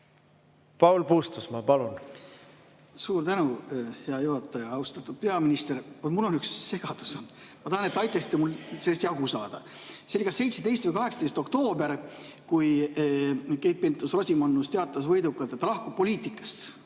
Paul Puustusmaa, palun! Suur tänu, hea juhataja! Austatud peaminister! Ma olen segaduses. Ma tahan, et te aitaksite mul sellest jagu saada. See oli kas 17. või 18. oktoobril, kui Keit Pentus-Rosimannus teatas võidukalt, et ta lahkub poliitikast.